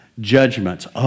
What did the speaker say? judgments